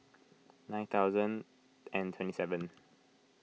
nine thousand and twenty seven